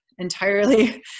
entirely